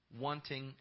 wanting